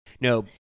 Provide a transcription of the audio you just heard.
No